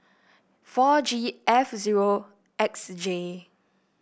four G F zero X J